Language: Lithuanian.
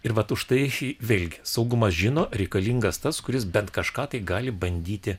ir vat užtai vėlgi saugumas žino reikalingas tas kuris bent kažką tai gali bandyti